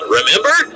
remember